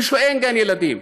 במקום שאין בו גן ילדים.